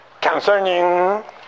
concerning